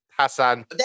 Hassan